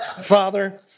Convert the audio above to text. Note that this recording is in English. Father